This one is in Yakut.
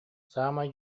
саамай